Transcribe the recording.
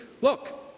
look